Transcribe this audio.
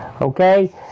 Okay